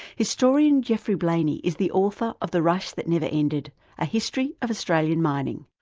historian geoffrey blainey is the author of the rush that never ended a history of australian mining.